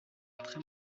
très